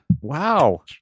Wow